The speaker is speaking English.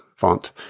font